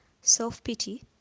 self-pity